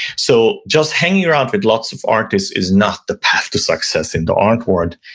so just hanging around with lots of artists is not the path to success in the artwork,